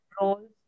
roles